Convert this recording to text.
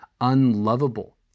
unlovable